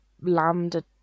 Lambda